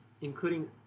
including